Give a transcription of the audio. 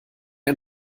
ein